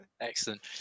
Excellent